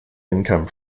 income